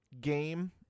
game